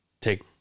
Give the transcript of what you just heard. take